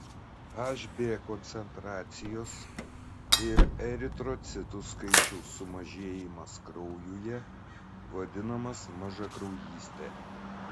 hb koncentracijos ir eritrocitų skaičiaus sumažėjimas kraujuje vadinamas mažakraujyste